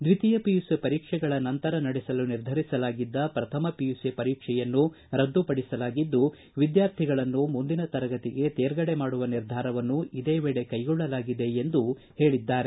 ದ್ವಿತೀಯ ಪಿಯುಸಿ ಪರೀಕ್ಷೆಗಳ ನಂತರ ನಡೆಸಲು ನಿರ್ಧರಿಸಲಾಗಿದ್ದ ಪ್ರಥಮ ಪಿಯುಸಿ ಪರೀಕ್ಷೆಯನ್ನು ರದ್ದುಪಡಿಸಲಾಗಿದ್ದು ವಿದ್ಯಾರ್ಥಿಗಳನ್ನು ಮುಂದಿನ ತರಗತಿಗೆ ತೇರ್ಗಡೆ ಮಾಡುವ ನಿರ್ಧಾರವನ್ನು ಇದೇ ವೇಳೆ ಕೈಗೊಳ್ಳಲಾಗಿದೆ ಎಂದು ಹೇಳಿದ್ದಾರೆ